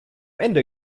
ende